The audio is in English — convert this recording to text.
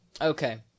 Okay